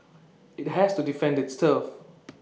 IT has to defend its turf